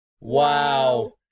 Wow